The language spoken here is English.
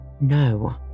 No